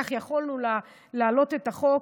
כך יכולנו להעלות את החוק.